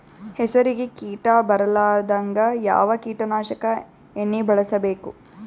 ಹೆಸರಿಗಿ ಕೀಟ ಬರಲಾರದಂಗ ಯಾವ ಕೀಟನಾಶಕ ಎಣ್ಣಿಬಳಸಬೇಕು?